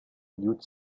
youth